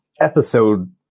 episode